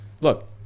look